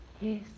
Yes